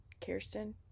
Kirsten